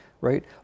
right